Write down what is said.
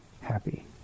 happy